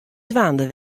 dwaande